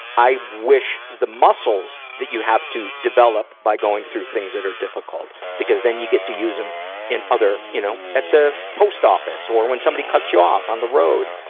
i wish the muscles that you have to develop by going through things that are difficult, because then you get to use them in other, you know, at the post office or when somebody cuts you off on the road.